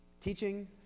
teaching